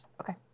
Okay